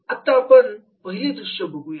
आता आपण पहिले दृश्य बघूया